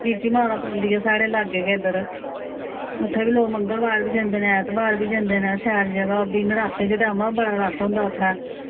चीची माता पौंदी ऐ साढ़े लागै गै इद्धर उ'त्थें बी लोग मंगलबार बी जंदे न ऐतवार बी जंदे न शैल जगह् ओह् बी नराते च ऐमां बड़ा रश होंदा उ'त्थें